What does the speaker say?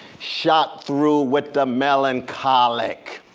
shot through with the melancholic.